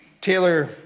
Taylor